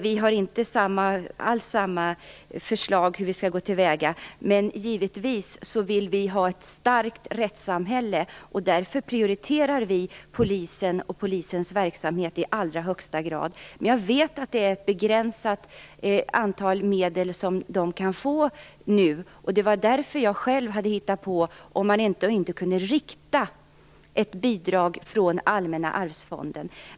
Vi har inte alls samma förslag på hur vi skall gå till väga, men givetvis vill vi ha ett starkt rättssamhälle, och därför prioriterar vi polisen och dess verksamhet i allra högsta grad. Jag vet att de medel som polisen kan få är begränsade, och därför hade jag själv hittat på att man skulle kunna rikta ett bidrag från Allmänna arvsfonden.